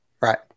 Right